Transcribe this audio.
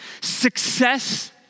Success